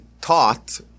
taught